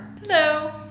Hello